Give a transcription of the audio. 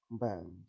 band